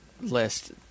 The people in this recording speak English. list